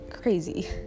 crazy